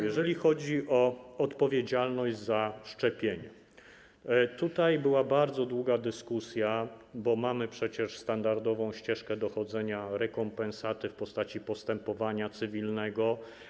Jeżeli chodzi o odpowiedzialność za szczepienia, to tutaj była bardzo długa dyskusja, bo mamy przecież standardową ścieżkę dochodzenia rekompensaty w postaci postępowania cywilnego.